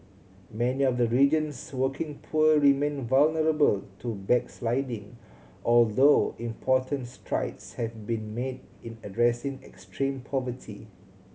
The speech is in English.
many of the region's working poor remain vulnerable to backsliding although important strides have been made in addressing extreme poverty